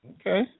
Okay